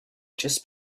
just